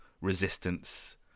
resistance